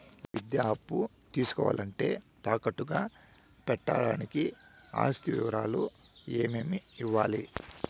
ఈ విద్యా అప్పు తీసుకోవాలంటే తాకట్టు గా పెట్టడానికి ఆస్తి వివరాలు ఏమేమి ఇవ్వాలి?